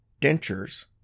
dentures